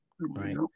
Right